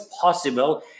possible